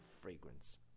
fragrance